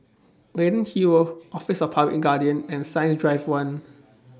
Leyden Hill Office of The Public Guardian and Science Drive one